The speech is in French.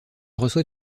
reçoit